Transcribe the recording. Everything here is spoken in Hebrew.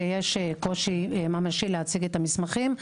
שיש קושי ממשי להציג את המסמכים.